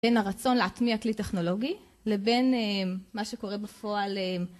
בין הרצון להטמיע כלי טכנולוגי לבין מה שקורה בפועל.